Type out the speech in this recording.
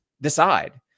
decide